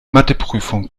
matheprüfung